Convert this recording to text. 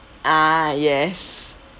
ah yes